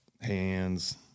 hands